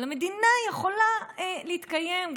אבל המדינה יכולה להתקיים,